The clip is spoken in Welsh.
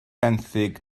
benthyg